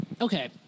okay